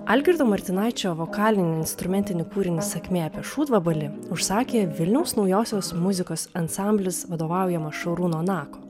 algirdo martinaičio vokalinį instrumentinį kūrinį sakmė apie šūdvabalį užsakė vilniaus naujosios muzikos ansamblis vadovaujamas šarūno nako